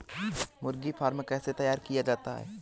मुर्गी फार्म कैसे तैयार किया जाता है?